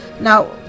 now